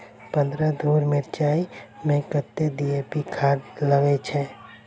पन्द्रह धूर मिर्चाई मे कत्ते डी.ए.पी खाद लगय छै?